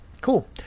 cool